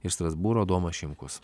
ir strasbūro adomas šimkus